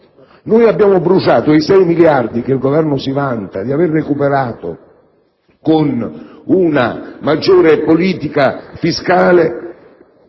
dato. Abbiamo bruciato i 6 miliardi che il Governo si vanta di aver recuperato con una maggiore politica fiscale,